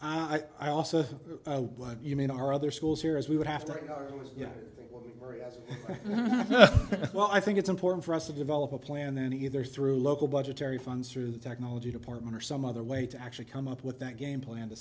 years i also know what you mean our other schools here as we would have to worry as well i think it's important for us to develop a plan then either through local budgetary funds through technology department or some other way to actually come up with that game plan to